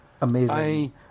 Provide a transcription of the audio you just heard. amazing